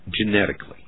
genetically